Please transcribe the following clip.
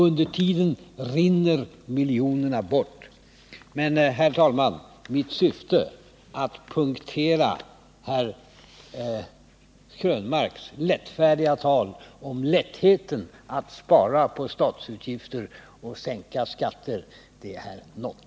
Under tiden rinner miljonerna bort. Men, herr talman, mitt syfte att punktera Eric Krönmarks lättfärdiga tal om lättheten att spara på statsutgifterna och sänka skatterna anser jag mig ha nått.